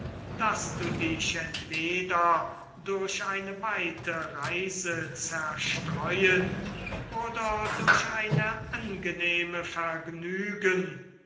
daß du dich entweder durch eine weite reise zerstreuen oder durch eine angenehme vergnügen